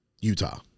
Utah